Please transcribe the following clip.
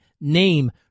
name